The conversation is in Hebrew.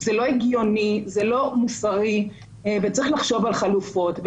זה לא הגיוני, זה לא מוסרי וצריך לחשוב על חלופות.